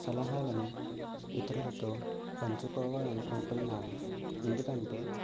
సలహాలను ఇతరులతో పంచుకోవాలని అనుకుంటున్నాను ఎందుకంటే